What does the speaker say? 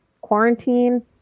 quarantine